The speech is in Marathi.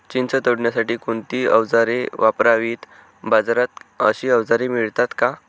चिंच तोडण्यासाठी कोणती औजारे वापरावीत? बाजारात अशी औजारे मिळतात का?